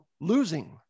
losing